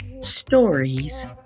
Stories